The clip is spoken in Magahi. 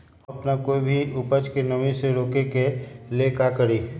हम अपना कोई भी उपज के नमी से रोके के ले का करी?